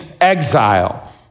exile